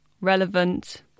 relevant